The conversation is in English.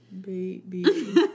Baby